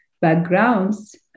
backgrounds